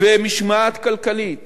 ומשמעת כלכלית